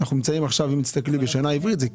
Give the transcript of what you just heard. אנחנו נמצאים, אם תסתכלי, בשנה העברית זה כסלו,